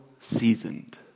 seasoned